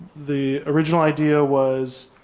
the original idea was,